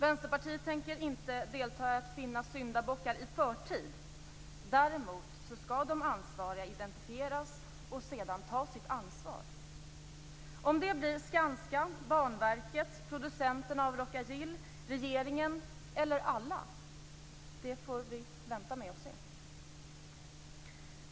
Vänsterpartiet tänker inte delta i försöken att finna syndabockar i förtid. Däremot skall de ansvariga identifieras och sedan ta sitt ansvar. Om det blir Skanska, Banverket, producenterna av Rhoca-Gil, regeringen eller alla dessa, får vi vänta med att se.